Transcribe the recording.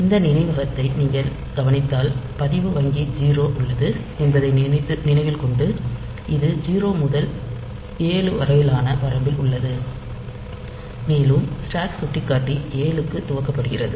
இந்த நினைவகத்தை நீங்கள் கவனித்தால் பதிவு வங்கி 0 உள்ளது என்பதை நினைவில் கொண்டு இது 0 முதல் 7 வரையிலான வரம்பில் உள்ளது மேலும் ஸ்டேக் சுட்டிக்காட்டி 7 க்கு துவக்கப்படுகிறது